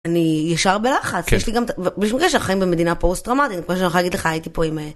אני ישר בלחץ יש לי גם את החיים במדינה פוסט-טרמטית כמו שאני יכולה להגיד לך הייתי פה עם.